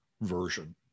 version